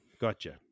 Gotcha